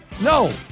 No